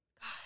God